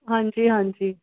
ਹਾਂਜੀ ਹਾਂਜੀ